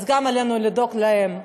אז עלינו לדאוג להם.